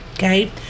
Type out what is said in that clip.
Okay